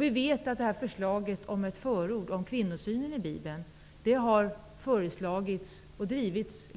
Vi vet att förslaget om ett förord om kvinnosynen i Bibeln länge har drivits